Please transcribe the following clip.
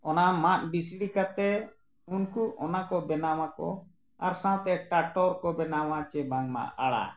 ᱚᱱᱟ ᱢᱟᱫ ᱵᱤᱥᱲᱤ ᱠᱟᱛᱮᱫ ᱩᱱᱠᱩ ᱚᱱᱟ ᱠᱚ ᱵᱮᱱᱟᱣᱟᱠᱚ ᱟᱨ ᱥᱟᱶᱛᱮ ᱴᱟᱴᱚᱨ ᱠᱚ ᱵᱮᱱᱟᱣᱟ ᱥᱮ ᱵᱟᱝᱢᱟ ᱟᱲᱟ